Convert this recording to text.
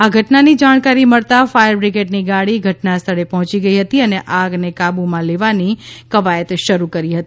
આ ઘટનાની જાણકારી મળતા ફાયર બ્રિગેડની ગાડી ઘટના સ્થળે પહોંચી ગઈ હતી અને આગને કાબુમાં લેવા માટેની કવાયત શરૂ કરી હતી